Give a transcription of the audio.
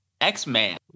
X-Man